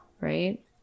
right